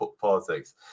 politics